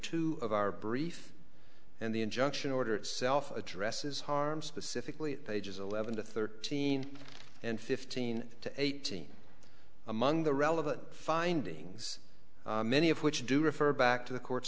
two of our brief and the injunction order itself addresses harm specifically pages eleven to thirteen and fifteen to eighteen among the relevant findings many of which do refer back to the court